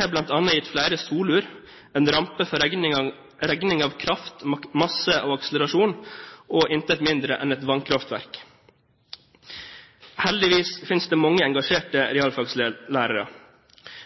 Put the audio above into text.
har bl.a. gitt flere solur, en rampe for regning av kraft, masse og akselerasjon, og intet mindre enn et vannkraftverk. Heldigvis finnes det mange engasjerte realfaglærere.